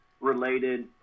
related